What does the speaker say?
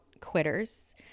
quitters